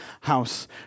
house